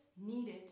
needed